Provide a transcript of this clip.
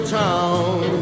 town